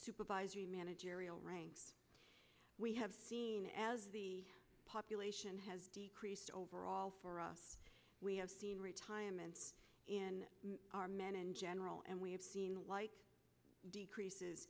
supervisory managerial ranks we have seen as the population has decreased overall for us we have seen retirements in our men in general and we have seen white decreases